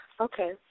Okay